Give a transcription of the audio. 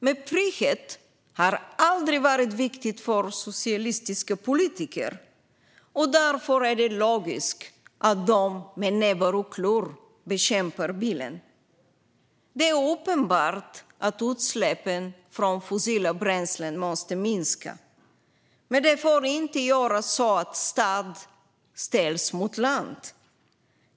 Men frihet har aldrig varit viktig för socialistiska politiker. Därför är det logiskt att de med näbbar och klor bekämpar bilen. Det är uppenbart att utsläpp från fossila bränslen måste minska. Men det får inte göras så att stad ställs mot land.